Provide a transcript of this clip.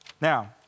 Now